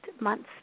month's